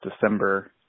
December